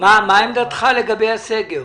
מה עמדתך לגבי הסגר?